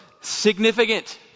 significant